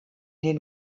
den